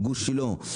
גוש שילה,